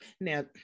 Now